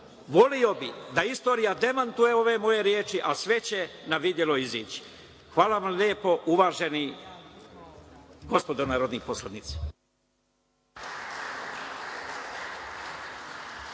bih da istorija demantuje ove moje reči, a sve će na videlo izići. Hvala lepo, uvaženi gospodo narodni poslanici.